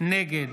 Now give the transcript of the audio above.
נגד